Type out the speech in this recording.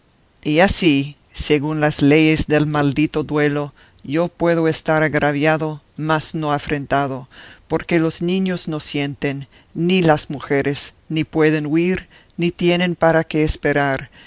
y así según las leyes del maldito duelo yo puedo estar agraviado mas no afrentado porque los niños no sienten ni las mujeres ni pueden huir ni tienen para qué esperar